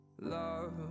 Love